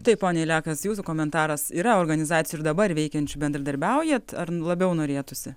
taip ponia elekas jūsų komentaras yra organizacijų ir dabar veikiančių bendradarbiaujat ar labiau norėtųsi